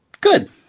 good